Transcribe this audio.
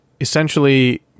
essentially